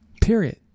Period